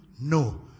no